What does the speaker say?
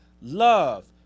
love